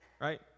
Right